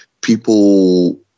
people